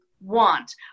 want